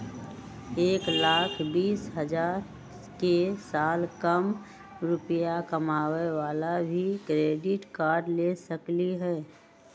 एक लाख बीस हजार के साल कम रुपयावाला भी क्रेडिट कार्ड ले सकली ह?